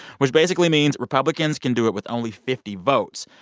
which basically means republicans can do it with only fifty votes.